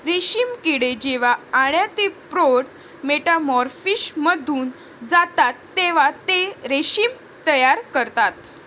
रेशीम किडे जेव्हा अळ्या ते प्रौढ मेटामॉर्फोसिसमधून जातात तेव्हा ते रेशीम तयार करतात